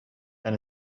than